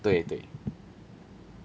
对对